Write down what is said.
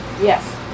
Yes